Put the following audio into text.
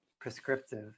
prescriptive